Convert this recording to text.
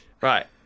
Right